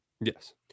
Yes